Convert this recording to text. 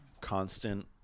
constant